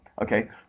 okay